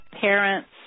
parents